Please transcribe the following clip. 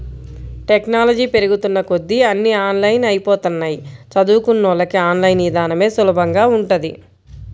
technology పెరుగుతున్న కొద్దీ అన్నీ ఆన్లైన్ అయ్యిపోతన్నయ్, చదువుకున్నోళ్ళకి ఆన్ లైన్ ఇదానమే సులభంగా ఉంటది